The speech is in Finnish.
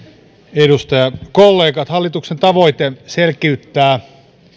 edustajakollegat hallituksen tavoite selkiyttää